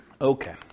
Okay